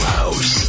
house